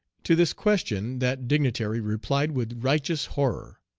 to this question that dignitary replied with righteous horror,